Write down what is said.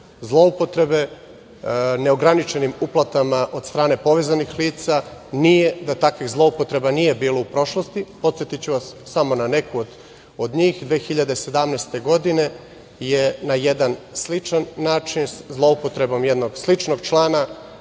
zloupotrebe neograničenim uplatama od strane povezanih lica. Nije da takvih zloupotreba nije bilo u prošlosti. Podsetiću vas samo na neku od njih. Godine 2017. je na jedan sličan način, zloupotrebom jednog sličnog člana,